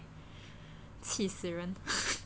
气死人